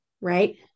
right